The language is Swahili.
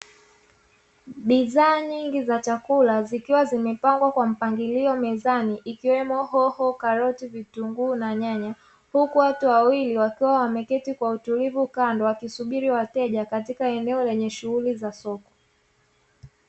Bidhaa nyingi za chakula zikiwa zimepangiliwa kwa mpangilio mzuri mezani ikiwemo hoho, karoti, vitunguu na nyanya huku watu wawili wakiwa wameketi kwa utulivu kando wakisubiri wateja katika eneo lenye shughuli za soko.